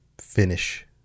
finish